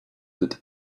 that